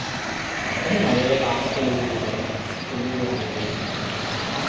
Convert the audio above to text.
সেই মাজতে তাছ খেলিছিলোঁ দিয়ক তাছ খেলি ভাল লাগিছিল মানে